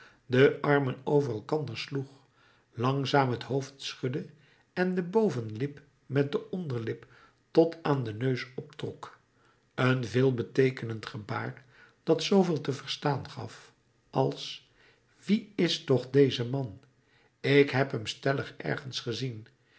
de armen over elkander sloeg langzaam het hoofd schudde en de bovenlip met de onderlip tot aan den neus optrok een veelbeteekenend gebaar dat zooveel te verstaan gaf als wie is toch deze man ik heb hem stellig ergens gezien